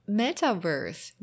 metaverse